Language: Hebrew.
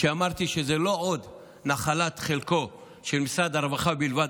כשאמרתי שזו לא עוד מנת חלקו של משרד הרווחה בלבד,